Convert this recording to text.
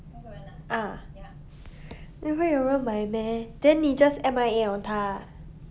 ah then 会有人买 meh then 你 just M_I_A on 他 ah